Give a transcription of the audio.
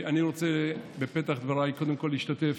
אני רוצה בפתח דבריי קודם כול להשתתף